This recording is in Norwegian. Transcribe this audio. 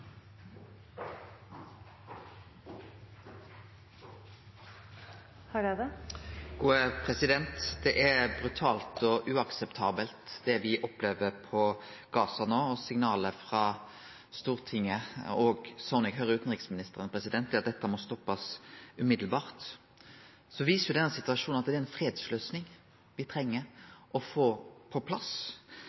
Det er brutalt og uakseptabelt det me opplever på Gaza no. Signal frå Stortinget og sånn eg høyrer utanriksministeren, er at dette må stoppast umiddelbart. Situasjonen viser at det er ei fredsløysing me treng å få på plass.